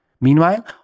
Meanwhile